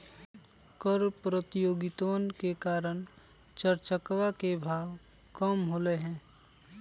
कर प्रतियोगितवन के कारण चर चकवा के भाव कम होलय है